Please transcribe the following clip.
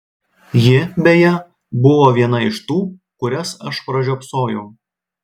ji beje buvo viena iš tų kurias aš pražiopsojau